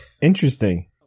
Interesting